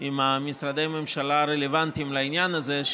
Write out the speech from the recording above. עם משרדי הממשלה הרלוונטיים לעניין הזה,